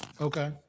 okay